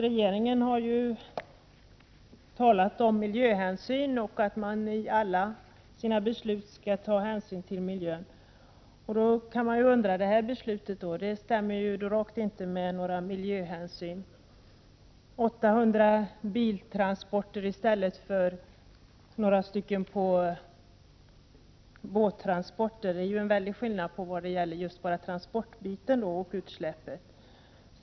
Regeringen har här talat om att man i alla sina beslut skall ta hänsyn till miljön. Men det här beslutet stämmer då rakt inte med några miljöhänsyn. 800 biltransporter i stället för några båttransporter — det är ju en väldig skillnad när det gäller transporterna och utsläppen!